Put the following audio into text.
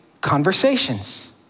conversations